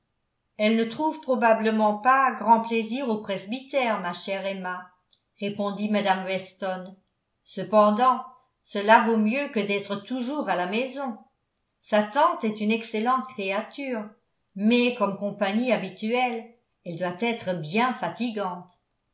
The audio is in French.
elle ne trouve probablement pas grand plaisir au presbytère ma chère emma répondit mme weston cependant cela vaut mieux que d'être toujours à la maison sa tante est une excellente créature mais comme compagnie habituelle elle doit être bien fatigante